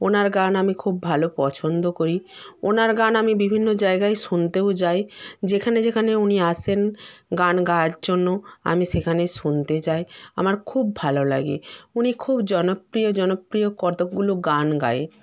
ওনার গান আমি খুব ভালো পছন্দ করি ওনার গান আমি বিভিন্ন জায়গায় শুনতেও যাই যেখানে যেখানে উনি আসেন গান গাওয়ার জন্য আমি সেখানে শুনতে যাই আমার খুব ভালো লাগে উনি খুব জনপ্রিয় জনপ্রিয় কতকগুলো গান গায়